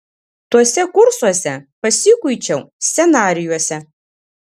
tuose kursuose pasikuičiau scenarijuose